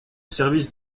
service